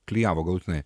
klijavo galutinai